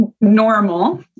normal